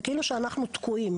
זה כאילו שאנחנו תקועים,